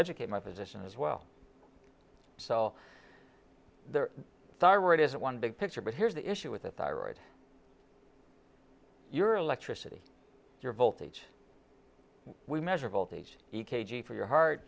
educate my position as well so the thyroid isn't one big picture but here's the issue with the thyroid your electricity your voltage we measure voltage e k g for your heart